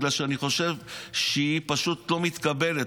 בגלל שאני חושב שהיא פשוט לא מתקבלת.